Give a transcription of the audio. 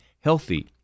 healthy